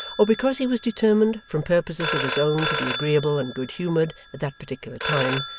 or because he was determined from purposes of his own to be agreeable and good-humoured at that particular time,